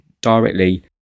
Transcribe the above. directly